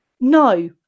no